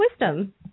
Wisdom